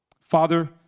Father